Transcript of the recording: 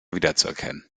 wiederzuerkennen